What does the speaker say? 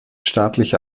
staatliche